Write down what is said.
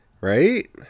Right